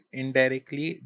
indirectly